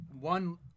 one